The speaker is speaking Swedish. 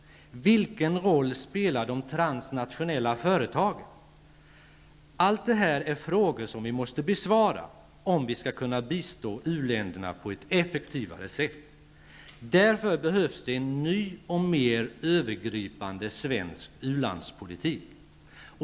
Vilken roll spelar de transnationella företagen? Allt det här är frågor som vi måste besvara, om vi skall kunna bistå uländerna på ett effektivare sätt. Därför behövs en ny och en mer övergripande svensk u-landspolitik.